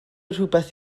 rhywbeth